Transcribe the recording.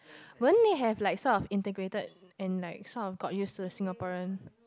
would you need have like some of integrated and like some of got useless to Singaporean